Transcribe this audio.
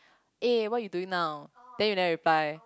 eh what you doing now then you never reply